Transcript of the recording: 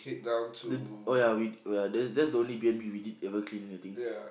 the oh ya we oh ya that's that's the only Air-B_N_B we did ever clean everything